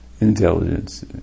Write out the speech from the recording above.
intelligence